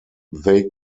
they